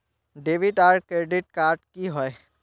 Debit आर credit card की होय?